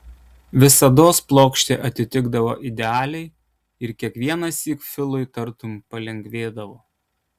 visados plokštė atitikdavo idealiai ir kiekvienąsyk filui tartum palengvėdavo